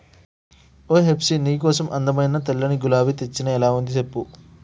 ఓయ్ హెప్సీ నీ కోసం అందమైన తెల్లని గులాబీ తెచ్చిన ఎలా ఉంది సెప్పు